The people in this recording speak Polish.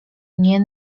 nie